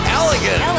elegant